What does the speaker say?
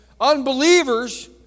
unbelievers